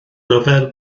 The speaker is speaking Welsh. ryfel